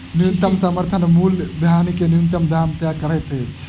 न्यूनतम समर्थन मूल्य धान के न्यूनतम दाम तय करैत अछि